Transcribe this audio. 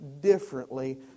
differently